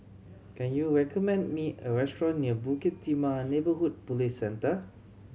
can you recommend me a restaurant near Bukit Timah Neighbourhood Police Centre